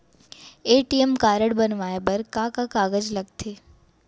ATM card बनवाये बर का का कागज लगथे?